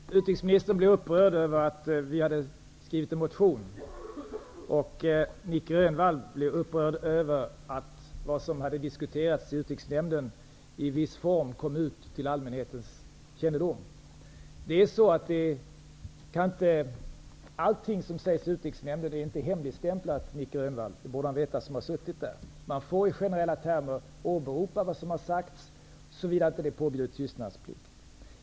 Herr talman! Utrikesministern blev upprörd över att vi hade skrivit en motion, och Nic Grönvall blev upprörd över att vad som hade diskuterats i Utrikesnämnden i viss form kom ut till allmänhetens kännedom. Allt som sägs i Utrikesnämnden är inte hemligstämplat. Det borde Nic Grönvall veta, eftersom han själv sitter i nämnden. Man får i generella termer åberopa vad som har sagts, såvida tystnadsplikt inte är påbjuden.